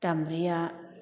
दामब्रिआ